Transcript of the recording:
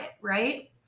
Right